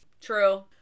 True